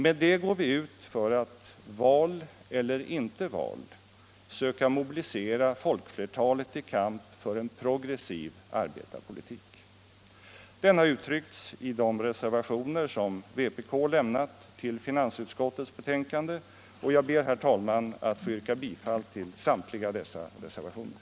Med det går vi ut för att — val eller inte val — söka mobilisera folkflertalet till kamp för en progressiv arbetarpolitik. Den har uttryckts i de reservationer som vpk lämnat till finansutskottets betänkande, och jag ber, herr talman, att få yrka bifall till samtliga dessa reservationer.